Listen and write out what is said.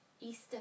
Easter